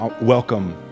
Welcome